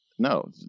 no